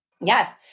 Yes